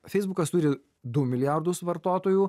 feisbukas turi du milijardus vartotojų